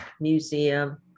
museum